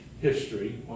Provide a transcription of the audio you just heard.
history